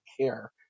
care